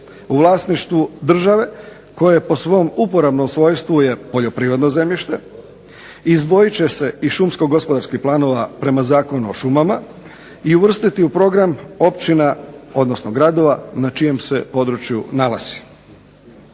u vlasništvu države koje po svom uporabnom svojstvu je poljoprivredno zemljište izdvojit će se iz šumsko-gospodarskih planova prema Zakonu o šumama i uvrstiti u program općina, odnosno gradova na čijem se području nalazi.